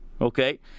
Okay